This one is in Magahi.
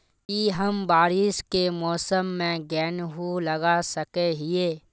की हम बारिश के मौसम में गेंहू लगा सके हिए?